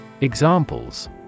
EXAMPLES